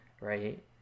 right